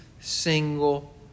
single